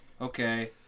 Okay